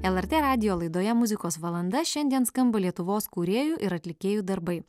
lrt radijo laidoje muzikos valanda šiandien skamba lietuvos kūrėjų ir atlikėjų darbai